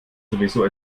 sowieso